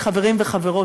מספיק, חברים וחברות.